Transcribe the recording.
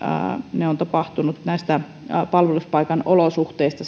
vahinko on tapahtunut näissä palveluspaikan olosuhteissa